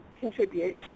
contribute